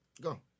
Go